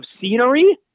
scenery